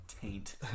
taint